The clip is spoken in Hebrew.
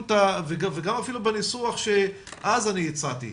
וגם אפילו בניסוח שאז הצעתי,